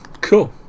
cool